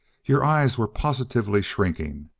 your eyes were positively shrinking.